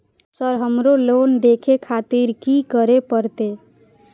Sir हमरो loan देखें खातिर की करें परतें?